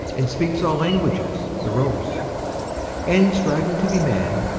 and speaks all languages the rose and, striving to be man,